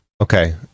okay